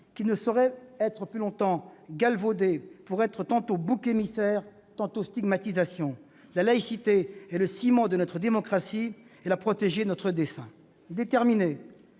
qui ne saurait plus longtemps être galvaudée pour être tantôt bouc émissaire, tantôt stigmatisation. La laïcité est le ciment de notre démocratie et la protéger est notre dessein. Déterminés